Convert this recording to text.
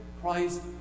Christ